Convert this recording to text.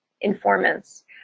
informants